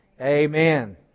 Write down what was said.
Amen